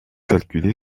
calculer